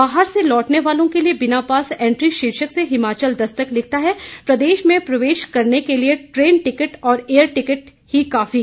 बाहर से लौटने वालों के लिए बिना पास एंट्री शीर्षक से हिमाचल दस्तक लिखता है प्रदेश में प्रवेश करने के लिए ट्रेन टिकट और एयर टिकट ही काफी